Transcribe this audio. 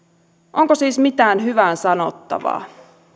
onko siis mitään hyvää sanottavaa